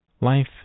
Life